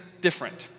different